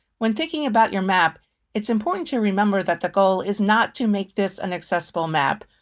when thinking about your map, it's important to remember that the goal is not to make this an accessible map,